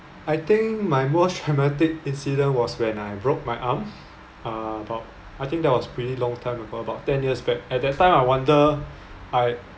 I think my most traumatic incident was when I broke my arm uh about I think that was pretty long time ago about ten years back at that time I wonder I